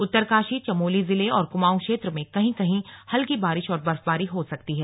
उत्तरकाशी चमोली जिले और कुमाऊं क्षेत्र में कहीं कहीं हल्की बारिश और बर्फबारी हो सकती है